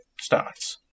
starts